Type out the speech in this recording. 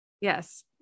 yes